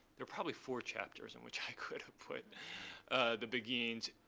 there are probably four chapters in which i could put the beguines,